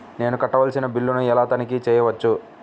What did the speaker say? నేను కట్టవలసిన బిల్లులను ఎలా తనిఖీ చెయ్యవచ్చు?